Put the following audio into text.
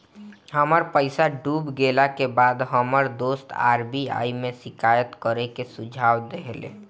हमर पईसा डूब गेला के बाद हमर दोस्त आर.बी.आई में शिकायत करे के सुझाव देहले